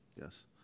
Yes